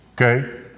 okay